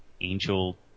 angel